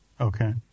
Okay